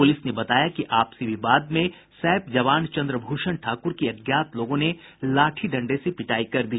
प्रलिस ने बताया कि आपसी विवाद में सैप जवान चंद्रभूषण ठाकुर की अज्ञात लोगों ने लाठी डंडे से पिटाई कर दी